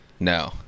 No